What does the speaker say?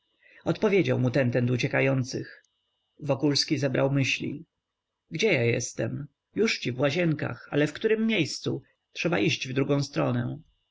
odpowiedział mu tentent uciekających wokulski zebrał myśli gdzie ja jestem jużci w łazienkach ale w którem miejscu trzeba iść w drugą stronę